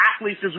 athletes